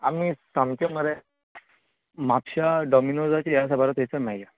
आमी सामकें मरें म्हापशा डाॅमिनोझाचें ह्यें आसा पय थंयसर मेळया